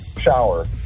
Shower